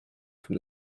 from